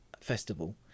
Festival